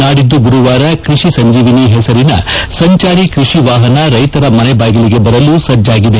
ನಾಡಿದ್ದು ಗುರುವಾರ ಕೃಷಿ ಸಂಜೀವಿನಿ ಹೆಸರಿನ ಸಂಚಾರಿ ಕೃಷಿ ವಾಹನ ರೈತರ ಮನೆಬಾಗಿಲಿಗೆ ಬರಲು ಸಜ್ಜಾಗಿದೆ